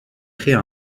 créer